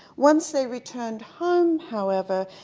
once they returned home, however,